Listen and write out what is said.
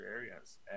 areas